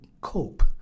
cope